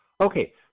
Okay